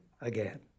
again